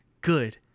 good